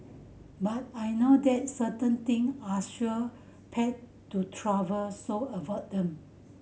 but I know that certain thing are sure path to travel so avoid them